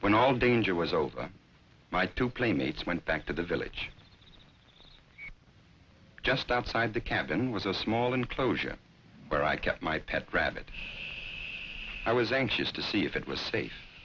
when all danger was over my two playmates went back to the village just outside the cabin was a small enclosure where i kept my pet rabbit i was anxious to see if it was safe